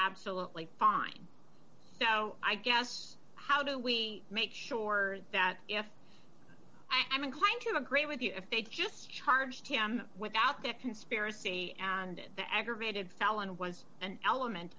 absolutely fine so i guess how do we make sure that if i'm inclined to agree with you if they just charge him without the conspiracy and the aggravated felon was an element